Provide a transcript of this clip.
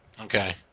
okay